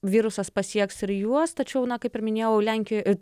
virusas pasieks ir juos tačiau na kaip ir minėjau lenkijoj